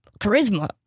Charisma